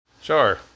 Sure